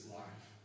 life